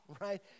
right